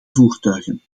voertuigen